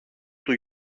του